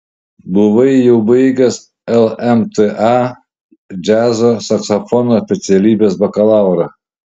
buvai jau baigęs lmta džiazo saksofono specialybės bakalaurą